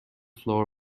floor